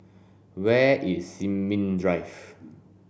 where is Sin Ming Drive